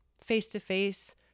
face-to-face